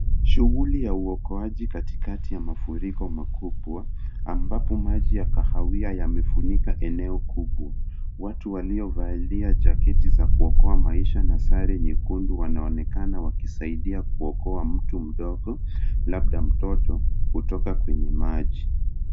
Shughuli ya uokoaji katikati ya mafuriko makubwa ambapo maji ya kahawia yamefunika eneo kubwa. Watu waliovalia jaketi za kuokoa maisha na sare nyekundu wanaonekana wakisaidia kuokoa mtu mdogo labda mtoto kutoka kwenye maji.